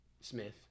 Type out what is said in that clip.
Smith